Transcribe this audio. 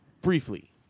Briefly